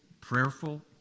prayerful